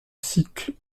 cycles